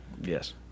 Yes